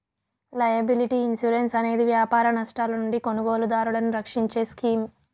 liability insurance అనేది వ్యాపార నష్టాల నుండి కొనుగోలుదారులను రక్షించే స్కీమ్